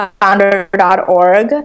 founder.org